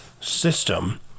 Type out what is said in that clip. system